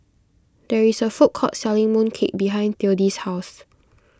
there is a food court selling mooncake behind theodis' house